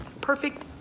Perfect